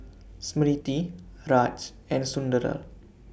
Smriti Raj and Sunderlal